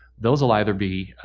those will either be,